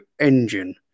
engine